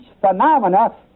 phenomena